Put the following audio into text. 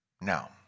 Now